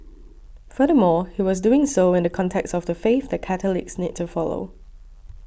furthermore he was doing so in the context of the faith that Catholics need to follow